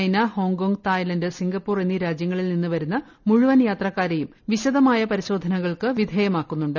China Hong Kong Thailand Singapore എന്നീ രാജ്യങ്ങളിൽ നിന്നു വരുന്ന മുഴുവൻ യാത്രക്കാരെയും വിശദമായ പരിശോധനകൾക്ക് വിധേയമാക്കുന്നുണ്ട്